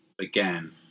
again